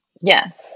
Yes